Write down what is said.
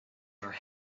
are